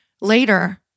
later